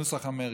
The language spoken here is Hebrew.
נוסח אמריקה.